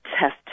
test